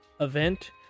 event